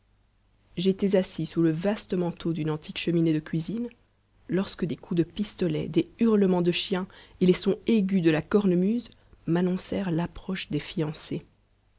j'étais assis sous le vaste manteau d'une antique cheminée de cuisine lorsque des coups de pistolet des hurlements de chiens et les sons aigus de la cornemuse m'annoncèrent l'approche des fiancés